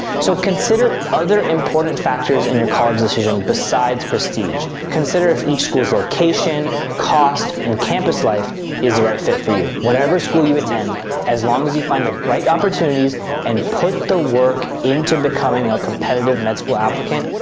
so consider other important factors in your college decision besides prestige. consider if each school's location, cost and campus life is the right fit for you. whatever school you attend as long as you find the right opportunities and put the work into becoming a competitive med school applicant,